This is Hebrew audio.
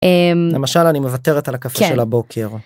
למשל אני מוותרת על הקפה של הבוקר.